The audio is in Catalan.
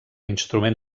instrument